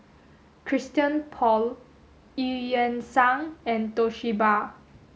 Christian Paul Eu Yan Sang and Toshiba